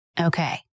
Okay